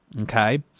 Okay